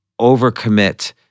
overcommit